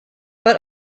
but